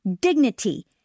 dignity